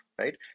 right